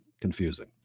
confusing